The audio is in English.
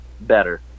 better